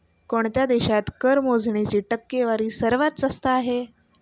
कोणत्या देशात कर मोजणीची टक्केवारी सर्वात जास्त आहे?